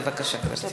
בבקשה, גברתי.